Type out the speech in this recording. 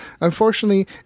Unfortunately